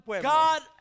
God